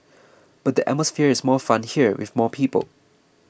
but the atmosphere is more fun here with more people